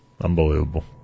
Unbelievable